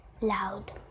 loud